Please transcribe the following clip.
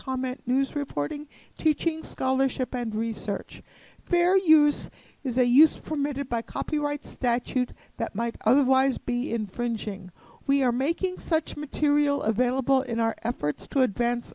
comment news reporting teaching scholarship and research fair use is a use for made it by copyright statute that might otherwise be infringing we are making such material available in our efforts to advance